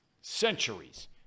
centuries